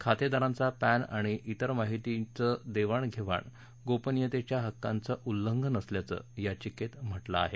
खातेदारांचा PAN आणि त्वेर माहितीचं देवाणघेवाण गोपनीयतेच्या हक्कांचं उल्लंघन असल्याचं याचिकेत म्हटलं आहे